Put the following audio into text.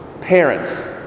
parents